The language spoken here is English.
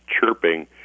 chirping